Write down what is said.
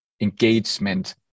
engagement